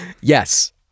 Yes